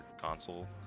console